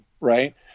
Right